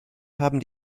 haben